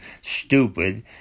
stupid